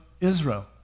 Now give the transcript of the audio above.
Israel